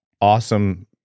awesome